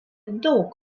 daug